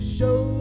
show